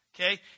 Okay